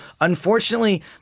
Unfortunately